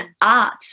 art